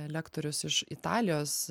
lektorius iš italijos